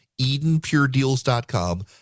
EdenPureDeals.com